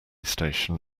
station